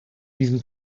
diesem